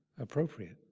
appropriate